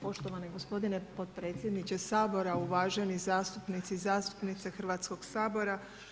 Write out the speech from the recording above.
Poštovani gospodine potpredsjedniče Sabora, uvaženi zastupnici i zastupnice Hrvatskog sabora.